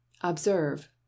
Observe